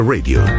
Radio